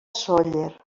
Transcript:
sóller